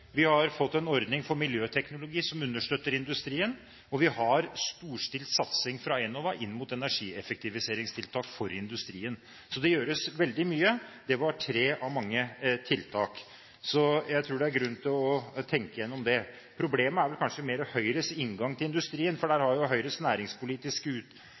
vi har fått en ordning for miljøteknologi som understøtter industrien, og vi har storstilt satsing fra Enova inn mot energieffektiviseringstiltak for industrien. Så det gjøres veldig mye – det var tre av mange tiltak. Så jeg tror det er grunn til å tenke gjennom det. Problemet er kanskje mer Høyres inngang til industrien, for der har Høyres næringspolitiske